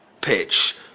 pitch